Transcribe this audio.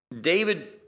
David